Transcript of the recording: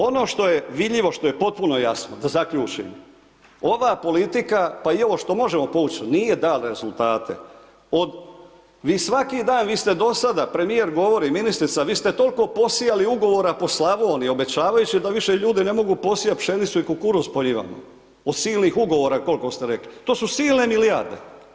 Ono što je vidljivo, što je potpuno jasno, da zaključim, ova politika, pa i ovo što možemo povuć, nije dalo rezultate od, vi svaki dan, vi ste do sada, premijer govori, ministrica, vi ste toliko posijali ugovora po Slavoniji, obećavajući da više ljudi ne mogu posijati pšenicu i kukuruz po njivama od silnih ugovora koliko ste rekli, to su silne milijarde.